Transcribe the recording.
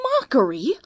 Mockery